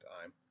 time